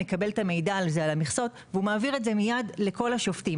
הוא מקבל את המידע הזה על המכסות והוא מעביר את זה מיד לכל השופטים.